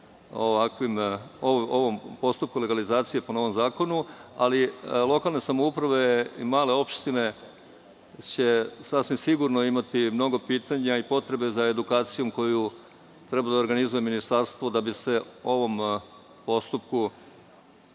ovom postupku legalizacije po novom zakonu, ali lokalne samouprave i male opštine će sasvim sigurno imati mnogo pitanja i potrebe za edukacijom koju treba da organizuje Ministarstvo, da bi se ovom postupku